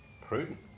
Prudent